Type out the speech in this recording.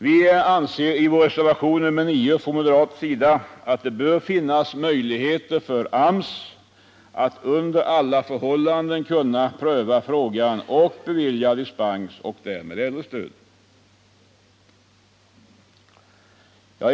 Vi anser i reservationen 9 från moderat sida ått det bör finnas möjligheter för AMS att under alla förhållanden pröva frågan och bevilja dispens och därmed äldrestöd.